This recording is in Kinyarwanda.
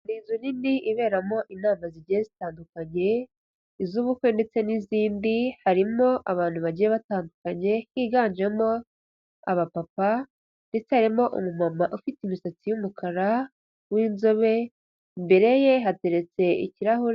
Ni inzu nini iberamo inama zigiye zitandukanye, iz'ubukwe ndetse n'izindi, harimo abantu bagiye batandukanye, higanjemo aba papa, ndetse harimo umu mama ufite imisatsi y'umukara, w'inzobe, imbere ye hateretse ikirahure.